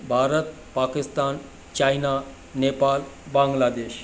Bharat Pakistan China Nepal Bangladesh